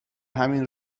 همین